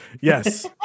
Yes